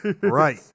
Right